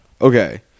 Okay